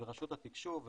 ורשות התקשוב,